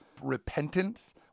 repentance